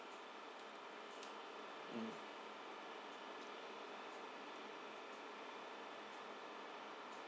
mm